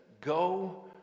go